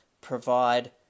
provide